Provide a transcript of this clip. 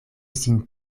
sin